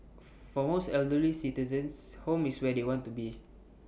for most elderly citizens home is where they want to be